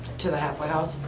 to the half way house?